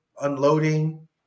unloading